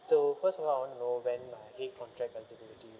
so first of all I want to know when my contract eligibility